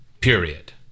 period